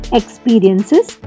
experiences